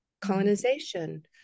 colonization